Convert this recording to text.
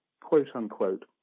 quote-unquote